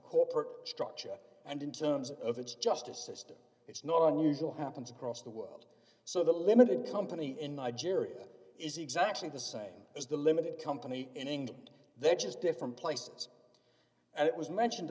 corporate structure and in terms of its justice system it's not unusual happens across the world so that a limited company in nigeria is exactly the same as the limited company in england they're just different places and it was mentioned